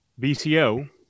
BCO